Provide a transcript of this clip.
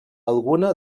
alguna